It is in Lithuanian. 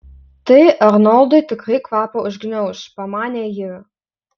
tai arnoldui tikrai kvapą užgniauš pamanė ji